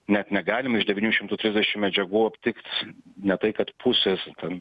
net negalim iš devynių šimtų trisdešim medžiagų aptikt ne tai kad pusės ten